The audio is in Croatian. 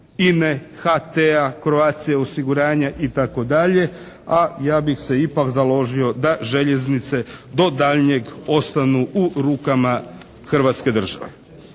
INA-e, HT-a, Croatia osiguranja itd. a ja bih se ipak založio da željeznice do daljnjeg ostanu u rukama hrvatske države.